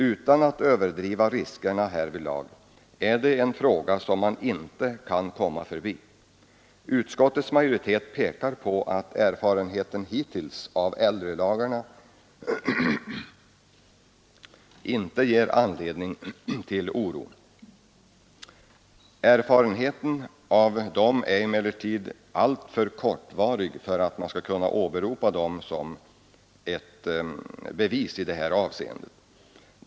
Utan att överdriva riskerna härvidlag kan man säga att det är en fråga som det inte går att komma förbi. Utskottets majoritet pekar på att erfarenheten hittills av äldrelagarna inte ger anledning till oro. Erfarenheten av dessa lagar är emellertid alltför kortvarig för att lagarna skall kunna åberopas som ett bevis i detta avseende.